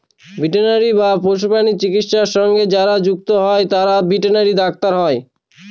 veterinary বা পশুপ্রাণী চিকিৎসা সঙ্গে যারা যুক্ত হয় তারা ভেটেনারি ডাক্তার হয়